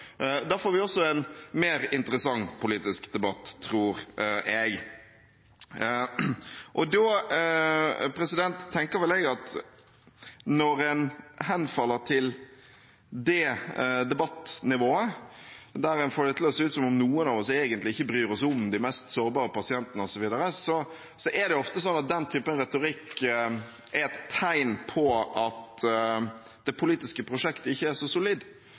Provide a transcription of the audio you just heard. Da får vi også en mer interessant politisk debatt, tror jeg. Jeg tenker vel at når en henfaller til et debattnivå der en får det til å se ut som om noen av oss egentlig ikke bryr oss om de mest sårbare pasientene, osv., er det ofte sånn at den typen retorikk er et tegn på at det politiske prosjektet ikke er så solid.